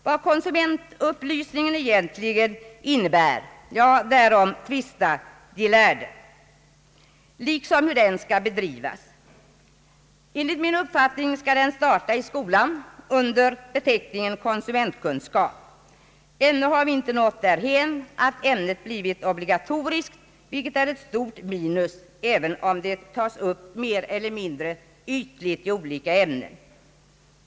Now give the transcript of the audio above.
Vad konsumentupplysningen egentligen innebär, därom tvistar de lärde, liksom om hur den skall bedrivas. Enligt min uppfattning skall den starta i skolan under beteckningen konsumentkunskap. Ännu har vi inte nått därhän att ämnet blivit obligatoriskt, vilket är ett stort minus, även om det tas upp mer eller mindre ytligt i olika ämnen.